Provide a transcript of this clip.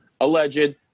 alleged